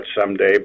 someday